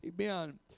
Amen